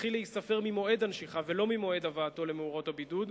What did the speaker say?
תתחיל להיספר ממועד הנשיכה ולא ממועד הבאתו למאורות הבידוד,